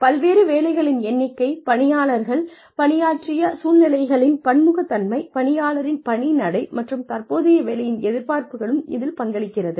பல்வேறு வேலைகளின் எண்ணிக்கை பணியாளர்கள் பணியாற்றிய சூழ்நிலைகளின் பன்முகத்தன்மை பணியாளரின் பணி நடை மற்றும் தற்போதைய வேலையின் எதிர்பார்ப்புகளும் இதில் பங்களிக்கிறது